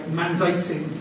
mandating